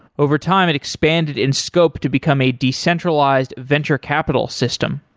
over time it expanded in scope to become a decentralized venture capital system.